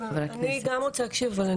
אני גם רוצה להקשיב,